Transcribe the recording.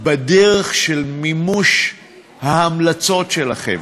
בדרך של מימוש ההמלצות שלכם.